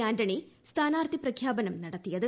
Antony സ്ഥാനാർത്ഥി പ്രഖ്യാപനം നടത്തിയത്